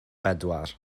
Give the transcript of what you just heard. bedwar